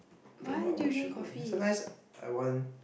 maybe I want a sugar then sometimes I want